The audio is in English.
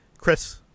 Chris